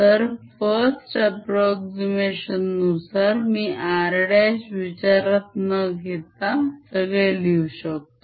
तर first approximation नुसार मी r' विचारात न घेता सगळे लिहू शकतो